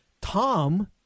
Tom